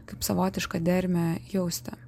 kaip savotišką dermę jausti